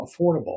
affordable